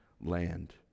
land